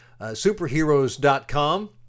superheroes.com